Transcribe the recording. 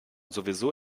sowieso